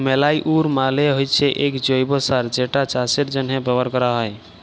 ম্যালইউর মালে হচ্যে এক জৈব্য সার যেটা চাষের জন্হে ব্যবহার ক্যরা হ্যয়